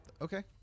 okay